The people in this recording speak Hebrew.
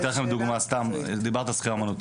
אתן לכם דוגמה: דיברתם על שחייה אומנותית,